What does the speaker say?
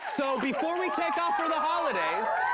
so before we take off for the holidays.